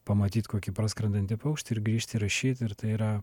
pamatyt kokį praskrendantį paukštį ir grįžti rašyt ir tai yra